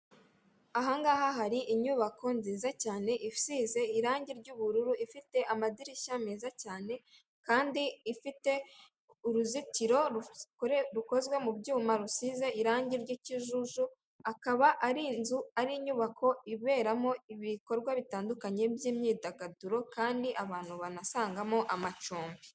Aha ngaha hari inyubako nziza cyane isize irangi ry'ubururu ifite amadirishya meza cyane, kandi ifite uruzitiro rukozwe mu byuma rusize irangi ry'ikijuju akaba ari inzu, ari inyubako iberamo ibikorwa bitandukanye by'imyidagaduro kandi abantu banasangamo amacumbi.